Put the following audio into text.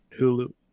Hulu